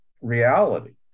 reality